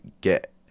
get